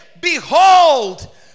behold